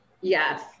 Yes